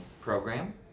program